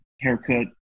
haircut